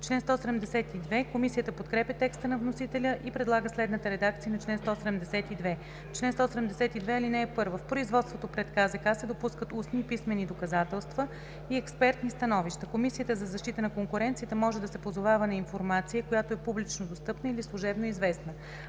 на КЗК.“ Комисията подкрепя по принцип текста на вносителя и предлага следната редакция на чл. 172: „Чл. 172. (1) В производството пред КЗК се допускат устни и писмени доказателства, и експертни становища. Комисията за защита на конкуренцията може да се позовава на информация, която е публично достъпна или служебно известна.